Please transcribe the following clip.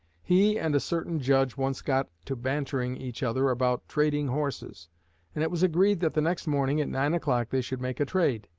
he and a certain judge once got to bantering each other about trading horses and it was agreed that the next morning at nine o'clock they should make a trade,